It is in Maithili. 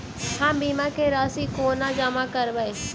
हम बीमा केँ राशि कोना जमा करबै?